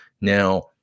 Now